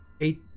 eight